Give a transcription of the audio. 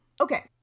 okay